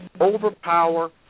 overpower